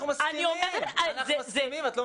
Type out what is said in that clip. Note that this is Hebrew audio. אנחנו מסכימים על זה.